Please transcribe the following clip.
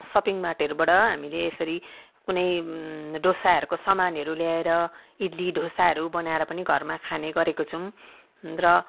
shopping मार्टहरूबाट हामीले यसरी कुनै डोसाहरूको सामानहरू ल्याएर इडली डोसाहरू बनाएर पनि घरमा खाने गरेको छौँ र